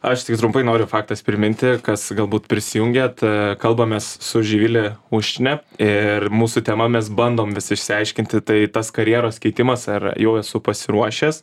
aš tik trumpai noriu faktas priminti kas galbūt prisijungėt kalbamės su živile uštine ir mūsų tema mes bandom išsiaiškinti tai tas karjeros keitimas ar jau esu pasiruošęs